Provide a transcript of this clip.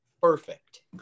perfect